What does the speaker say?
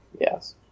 Yes